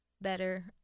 better